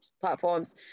platforms